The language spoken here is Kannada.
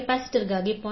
ಕೆಪಾಸಿಟರ್ಗಾಗಿ 0